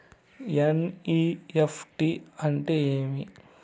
NEFT అంటే ఏమి